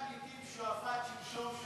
אבל במחנה הפליטים שועפאט שלשום,